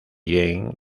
jeanne